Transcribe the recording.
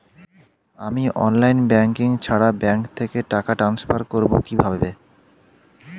আমি online banking ছাড়া bank থেকে টাকা ট্রান্সফার করবো কিভাবে?